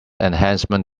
enhancement